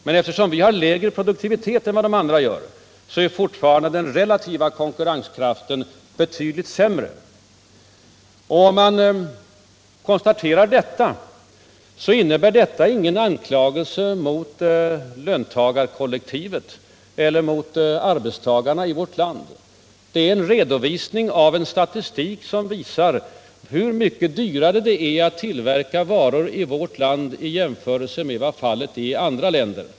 Men eftersom vi har lägre produktivitet än dessa andra länder är vår relativa konkurrenskraft fortfarande betydligt sämre. Att konstatera detta innebär ingen anklagelse mot löntagarkollektivet eller mot arbetstagarna i vårt land. Det är en redovisning av en statistik som visar hur mycket dyrare det är att tillverka varor i vårt land än i andra länder.